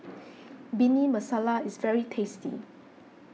Bhindi Masala is very tasty